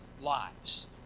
lives